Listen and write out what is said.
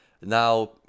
Now